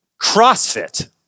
CrossFit